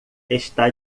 está